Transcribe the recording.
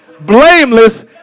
blameless